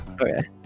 Okay